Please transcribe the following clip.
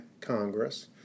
Congress